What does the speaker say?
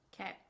Okay